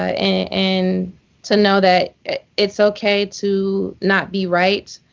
ah and to know that it's okay to not be right.